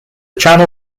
channel